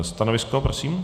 Stanovisko, prosím.